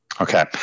Okay